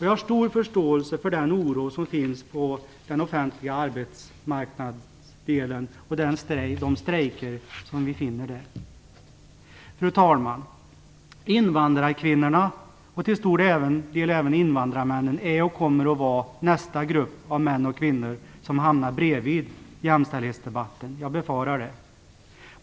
Jag har stor förståelse för den oro som finns på den offentliga arbetsmarknaden och de strejker vi finner där. Fru talman! Invandrarkvinnorna och till stor del även invandrarmännen är och kommer att vara nästa grupp av kvinnor och män som hamnar bredvid jämställdhetsdebatten. Jag befarar det.